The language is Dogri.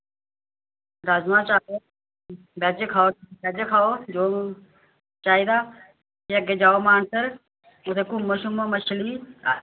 राजमां चाबल बेज खाऔ बेज खाऔ जो चाहिदा फिह अग्गे जाओ मानसर उत्थे घूमो शुमो मच्छली